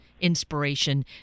inspiration